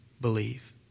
believe